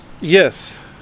Yes